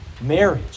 marriage